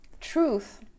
Truth